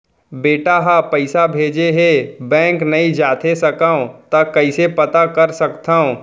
बेटा ह पइसा भेजे हे बैंक नई जाथे सकंव त कइसे पता कर सकथव?